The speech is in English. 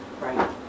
Right